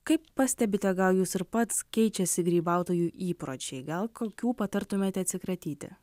kaip pastebite gal jūs ir pats keičiasi grybautojų įpročiai gal kokių patartumėte atsikratyti